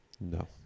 No